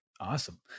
Awesome